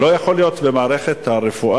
לא יכול להיות במערכת הרפואית,